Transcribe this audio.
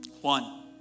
one